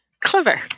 Clever